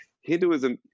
hinduism